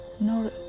No